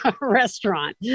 restaurant